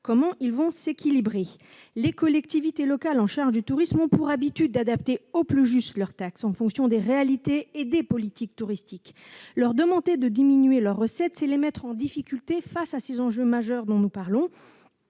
comment ils s'équilibreront. Les collectivités locales chargées du tourisme ont pour habitude d'adapter au plus juste leurs taxes, en fonction des réalités et des politiques touristiques. Leur demander de diminuer leurs recettes, c'est les mettre en difficulté face à ces enjeux majeurs dont nous parlons,